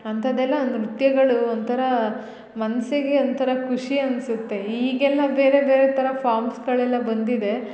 ಅಂಥದ್ದೆಲ್ಲ ನೃತ್ಯಗಳು ಒಂಥರ ಮನಸ್ಸಿಗೆ ಒಂಥರ ಖುಷಿ ಅನ್ಸತ್ತೆ ಈಗೆಲ್ಲ ಬೇರೆ ಬೇರೆ ಥರ ಫಾಮ್ಸ್ಗಳೆಲ್ಲ ಬಂದಿದೆ